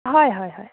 हय हय हय